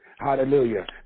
Hallelujah